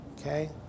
okay